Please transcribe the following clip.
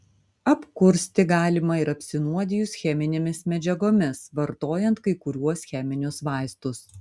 apkursti galima ir apsinuodijus cheminėmis medžiagomis vartojant kai kuriuos cheminius vaistus